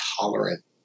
tolerant